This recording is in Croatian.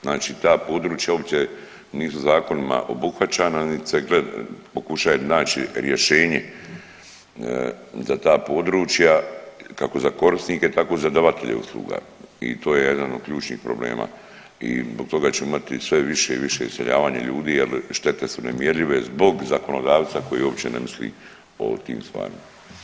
Znači ta područja uopće nisu zakonima obuhvaćana, niti se pokušaje naći rješenje za ta područja kako za korisnike tako i za davatelje usluga i to je jedan od ključnih problema i zbog toga ćemo imati sve više i više iseljavanja ljudi jel štete su nemjerljive zbog zakonodavca koji uopće ne misli o tim stvarima.